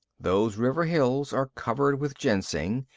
those river hills are covered with ginseng.